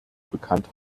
bekannt